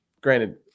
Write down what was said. granted